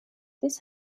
this